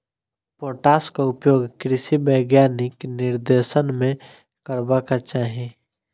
पोटासक उपयोग कृषि वैज्ञानिकक निर्देशन मे करबाक चाही